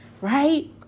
right